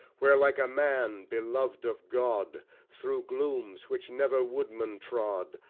where like a man beloved of god, through glooms which never woodman trod,